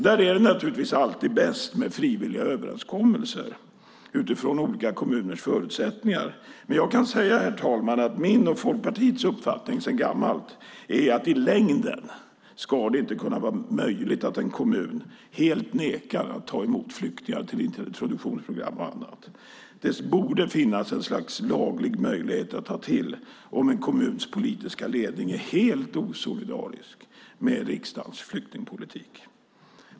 Där är det naturligtvis alltid bäst med frivilliga överenskommelser utifrån olika kommuners förutsättningar. Men jag kan säga, herr talman, att min och Folkpartiets uppfattning sedan gammalt är att det i längden inte ska vara möjligt att en kommun helt nekar att ta emot flyktingar till introduktionsprogram och annat. Det borde finnas ett slags lagligt redskap att ta till om en kommuns politiska ledning är helt osolidarisk med riksdagens flyktingpolitik.